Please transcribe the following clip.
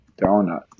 Donut